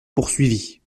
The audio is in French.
poursuivit